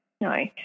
No